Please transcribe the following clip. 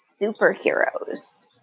superheroes